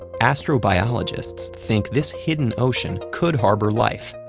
astrobiologists think this hidden ocean could harbor life.